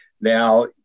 Now